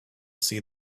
see